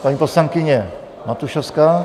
Paní poslankyně Matušovská.